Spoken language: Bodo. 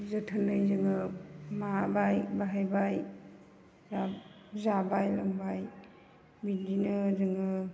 जोथोनै जोङो माबाबाय बाहायबाय जाबाय लोंबाय बिदिनो जोङो